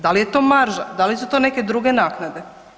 Da li je to marža, da li su to neke druge naknade?